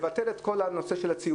צריך לבטל את כל הנושא של הציונים.